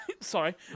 Sorry